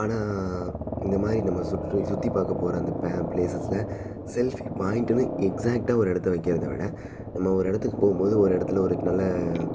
ஆனால் இந்த மாதிரி நம்மை சுற்றி சுற்றி பார்க்க போகிற அந்த ப ப்ளேஸஸில் செல்ஃபி பாயிண்ட்டுன்னு எக்ஸேக்ட்டாக ஒரு இடத்த வைக்கறத விட நம்ம ஒரு இடத்துக்கு போகும் போது ஒரு இடத்துல ஒரு நல்ல